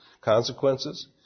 consequences